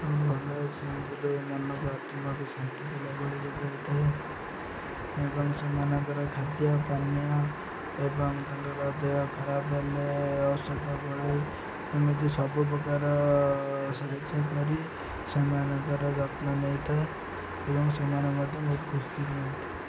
ଭଲ ସେଥିରେ ମନକୁ ଆତ୍ମକୁ ଶାନ୍ତି ଦେବା ଯୋଗାଇଥାଏ ଏବଂ ସେମାନଙ୍କର ଖାଦ୍ୟ ପାନୀୟ ଏବଂ ତାଙ୍କର ଦେହ ଖରାପ ଔଷଧ ଗୋଳାଇ ଏମିତି ସବୁ ପ୍ରକାର ସାହାଯ୍ୟ କରି ସେମାନଙ୍କର ଯତ୍ନ ନେଇଥାଏ ଏବଂ ସେମାନେ ମଧ୍ୟ ବହୁତ ଖୁସି ହୁଅନ୍ତି